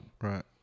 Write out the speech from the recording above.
Right